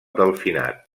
delfinat